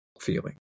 feeling